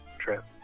trip